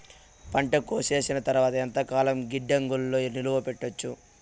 పంట కోసేసిన తర్వాత ఎంతకాలం గిడ్డంగులలో నిలువ పెట్టొచ్చు?